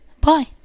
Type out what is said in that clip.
bye